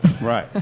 Right